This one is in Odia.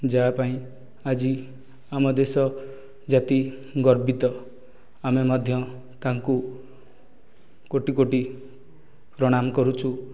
ଯାହାପାଇଁ ଆଜି ଆମ ଦେଶ ଜାତି ଗର୍ବିତ ଆମେ ମଧ୍ୟ ତାଙ୍କୁ କୋଟି କୋଟି ପ୍ରଣାମ କରୁଛୁ